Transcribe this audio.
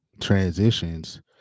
transitions